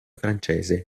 francese